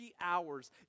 hours